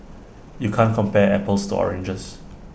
you can't compare apples to oranges